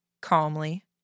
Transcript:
calmly